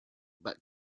but